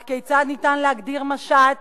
אך כיצד ניתן להגדיר משט